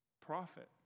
profit